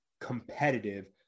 competitive